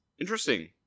Interesting